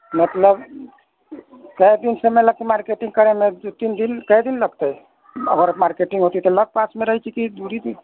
मतलब कए दिन समय लगतै मार्केटिंग करैमे दू तीन दिन कए दिन लगतै आओर मार्केटिंग होती तऽ लग पासमे रहै छै कि दूरीमे